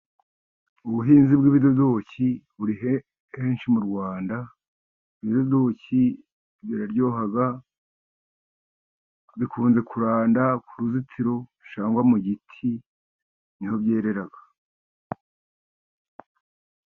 Ubuhinzi bw'ibidodoki buri henshi mu Rwanda. Ibidodoki biraryoha bikunze kuranda ku ruzitiro cyangwa mu giti niho byerera.